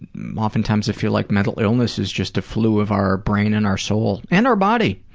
and often times i feel like mental illness is just a flu of our brain and our soul. and our body.